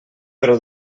però